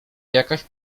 jakaś